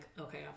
okay